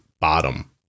bottom